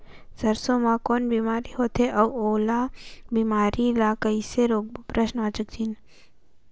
सरसो मा कौन बीमारी होथे अउ ओला बीमारी ला कइसे रोकबो?